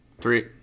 Three